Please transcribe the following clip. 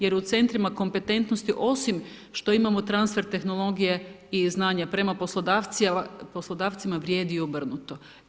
Jer u centrima kompetentnosti, osim što imamo transfer tehnologije i znanja prema poslodavcima vrijedi obrnuto.